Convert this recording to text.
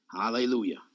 Hallelujah